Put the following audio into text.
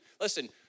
Listen